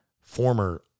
former